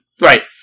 Right